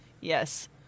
Yes